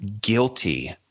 guilty